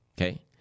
Okay